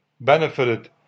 benefited